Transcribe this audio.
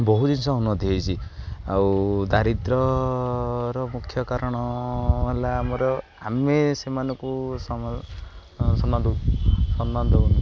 ବହୁତ ଜିନିଷ ଉନ୍ନତି ହେଇଛି ଆଉ ଦାରିଦ୍ର୍ୟର ମୁଖ୍ୟ କାରଣ ହେଲା ଆମର ଆମେ ସେମାନଙ୍କୁ ସମ୍ମାନ ଦଉ